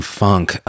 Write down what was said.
funk